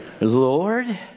Lord